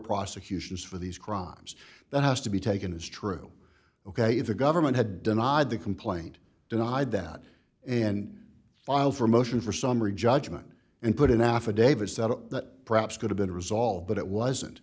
prosecutions for these crimes that has to be taken as true ok if the government had denied the complaint denied that and filed for a motion for summary judgment and put in affidavits that perhaps could have been resolved but it wasn't